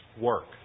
work